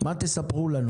מה תספרו לנו